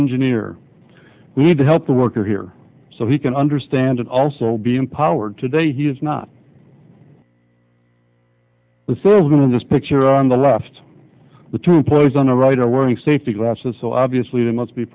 engineer we need to help the worker here so he can understand and also be empowered today he is not the servant in this picture on the left the term plays on a writer learning safety glasses so obviously they must be